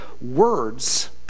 words